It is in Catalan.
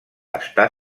està